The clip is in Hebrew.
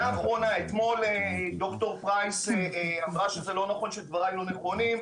אתמול ד"ר פרייס אמרה שדבריי לא נכונים,